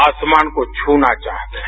आसमान को छूना चाहते हैं